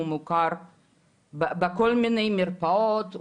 הוא מוכר בכל מיני מרפאות,